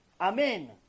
Amen